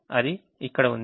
అది ఇక్కడ ఉంది